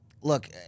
Look